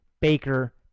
Baker